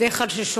בדרך כלל כששואלים,